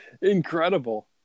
incredible